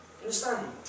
understand